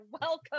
welcome